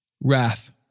wrath